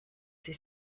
sie